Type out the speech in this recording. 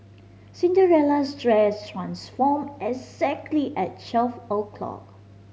Cinderella's dress transformed exactly at twelve o'clock